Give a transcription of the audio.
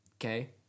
okay